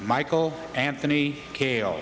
michael anthony cale